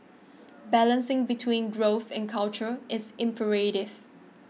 balancing between growth and culture is imperative